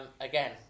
again